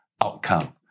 outcome